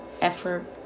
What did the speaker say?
effort